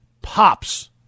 POPs